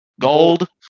Gold